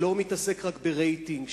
שלא מתעסק רק ברייטינג,